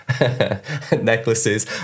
necklaces